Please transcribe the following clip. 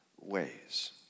ways